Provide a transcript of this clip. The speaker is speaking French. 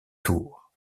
tours